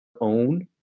own